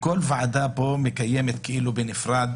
כל ועדה פה מקיימת כאילו בנפרד